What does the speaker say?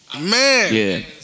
Man